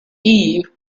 eve